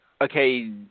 Okay